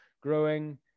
growing